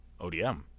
ODM